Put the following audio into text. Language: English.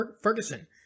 Ferguson